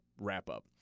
wrap-up